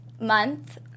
month